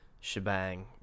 shebang